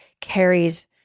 carries